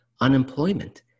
unemployment